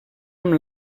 amb